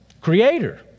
creator